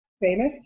famous